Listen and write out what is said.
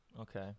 okay